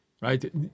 right